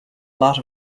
lot